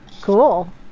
Cool